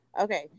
okay